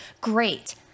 Great